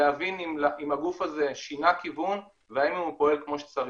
להבין אם הגוף הזה שינה כיוון והאם הוא פועל כמו שצריך.